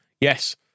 Yes